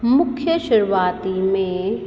मुख्य शुरूआत में